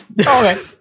Okay